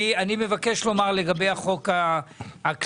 אני מבקש לומר לגבי החוק הכללי,